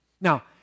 Now